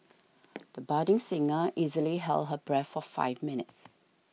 the budding singer easily held her breath for five minutes